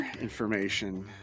information